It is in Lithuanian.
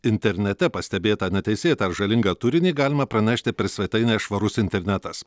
internete pastebėtą neteisėtą ar žalingą turinį galima pranešti per svetainę švarus internetas